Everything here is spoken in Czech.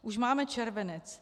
Už máme červenec.